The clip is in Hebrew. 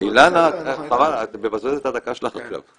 אילנה, חבל, את מבזבזת את הדקה שלך עכשיו.